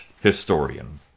historian